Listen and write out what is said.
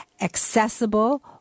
accessible